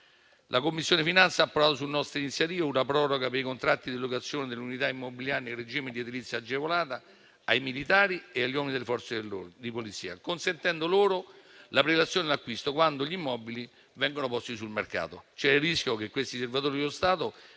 La Commissione finanze ha approvato, su nostra iniziativa, una proroga per i contratti di locazione delle unità immobiliari in regime di edilizia agevolata ai militari e agli uomini delle Forze di polizia, consentendo loro la prelazione sull’acquisto quando gli immobili vengono posti sul mercato. C’era il rischio che questi servitori dello Stato